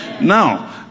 Now